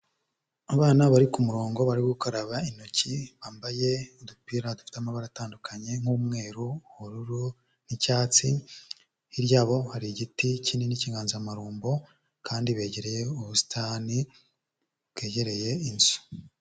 Abana bari ku murongo, bari gukaraba intoki, bambaye udupira dufite amabara atandukanye nk'umweru, ubururu n'icyatsi, hirya yabo hari igiti kinini cy'inganzamarumbo kandi begereye ubusitani bwegereye inzu.